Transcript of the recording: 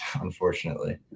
unfortunately